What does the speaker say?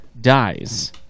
dies